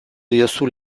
diozu